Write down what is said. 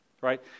Right